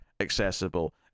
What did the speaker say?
accessible